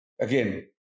Again